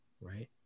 right